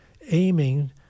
aiming